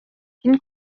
quin